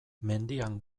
mendian